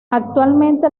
actualmente